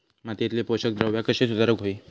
मातीयेतली पोषकद्रव्या कशी सुधारुक होई?